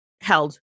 held